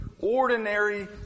ordinary